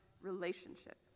relationship